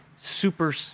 super